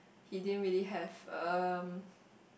he didn't really have um